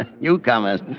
Newcomers